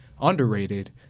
Underrated